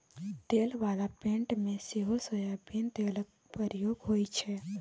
तेल बला पेंट मे सेहो सोयाबीन तेलक प्रयोग होइ छै